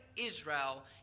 Israel